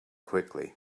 quickly